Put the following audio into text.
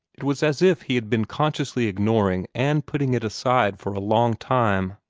it was as if he had been consciously ignoring and putting it aside for a long time.